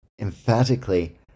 emphatically